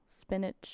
spinach